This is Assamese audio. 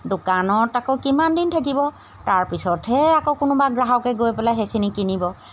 দোকানত আকৌ কিমান দিন থাকিব তাৰপিছতহে আকৌ কোনোবা গ্ৰাহকে গৈ পেলাই সেইখিনি কিনিব